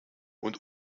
und